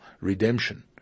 redemption